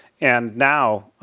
and now,